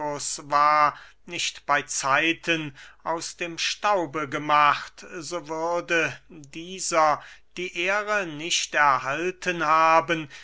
nicht bey zeiten aus dem staube gemacht so würde dieser die ehre nicht erhalten haben